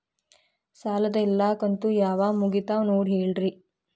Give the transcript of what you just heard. ಸಾಲದ ಎಲ್ಲಾ ಕಂತು ಯಾವಾಗ ಮುಗಿತಾವ ನೋಡಿ ಹೇಳ್ರಿ